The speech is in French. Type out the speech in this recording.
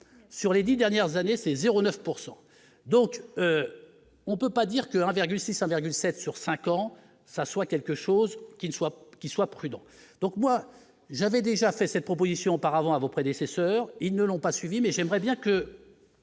sur les 10 dernières années, c'est 0 9 pourcent donc donc on peut pas dire que 1,6 avec sur 5 ans, ça soit quelque chose qui ne soit pas qu'ils soient prudents, donc moi j'avais déjà fait cette proposition auparavant à vos prédécesseurs, ils ne l'ont pas suivi, mais j'aimerais bien que.